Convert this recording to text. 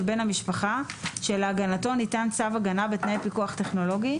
בן המשפחה שלהגנתו ניתן צו הגנה בתנאי פיקוח טכנולוגי,